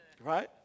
Right